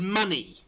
money